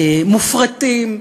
מופרטים,